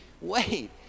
wait